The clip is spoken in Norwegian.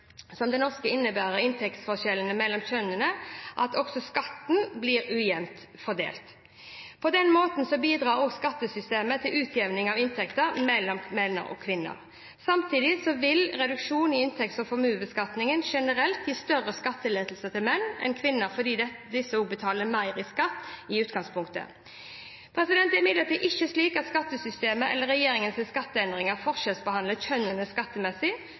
innebærer inntektsforskjeller mellom kjønnene at også skatten blir ujevnt fordelt. På denne måten bidrar skattesystemet til utjevning av inntekt mellom menn og kvinner. Samtidig vil reduksjon i inntekts- og formuesbeskatningen generelt gi større skatteletter til menn enn kvinner fordi disse også betaler mer skatt i utgangspunktet. Det er imidlertid ikke slik at skattesystemet eller regjeringens skatteendringer forskjellsbehandler kjønnene skattemessig.